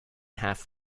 half